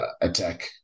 attack